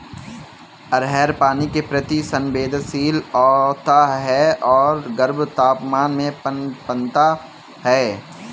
अरहर पानी के प्रति संवेदनशील होता है और गर्म तापमान में पनपता है